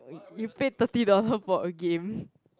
you paid thirty dollar for a game